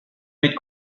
mit